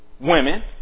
Women